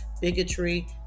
bigotry